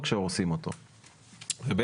זאת